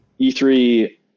E3